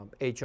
HR